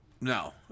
No